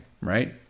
right